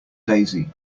daisy